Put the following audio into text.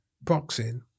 boxing